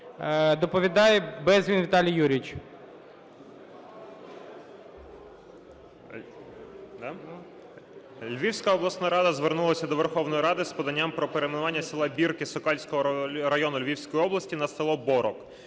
Доповідає Безгін Віталій Юрійович.